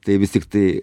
tai vis tiktai